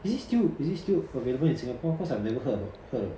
is it still is it still available in singapore cause I've never heard about her~